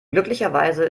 glücklicherweise